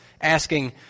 asking